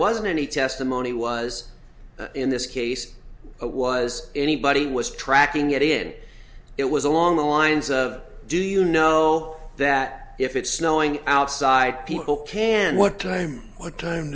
wasn't any testimony was in this case was anybody was tracking it in it was along the lines of do you know that if it's snowing outside people can what time what time